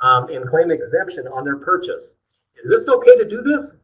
um and claim exemption on their purchase. is this okay to do this?